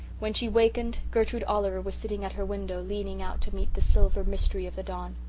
when she wakened gertrude oliver was sitting at her window leaning out to meet the silver mystery of the dawn.